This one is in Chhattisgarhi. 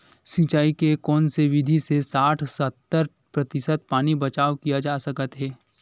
सिंचाई के कोन से विधि से साठ सत्तर प्रतिशत पानी बचाव किया जा सकत हे?